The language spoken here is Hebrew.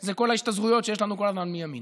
זה כל ההשתזרויות שיש לנו כל הזמן מימין.